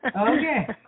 Okay